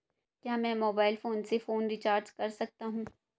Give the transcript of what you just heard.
क्या मैं mobile phone से फोन रिचार्ज कर सकता हूं?